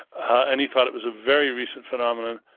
and he thought it was a very recent phenomenon.